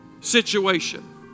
situation